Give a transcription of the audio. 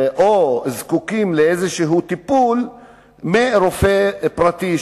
או זקוקים לטיפול מסוים מרופא פרטי,